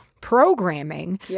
programming